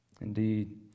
Indeed